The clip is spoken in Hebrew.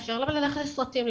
לאפשר להם ללכת לסרטים,